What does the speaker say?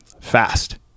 fast